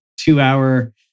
two-hour